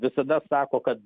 visada atsako kad